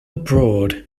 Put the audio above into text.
abroad